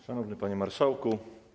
Szanowny Panie Marszałku!